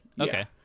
okay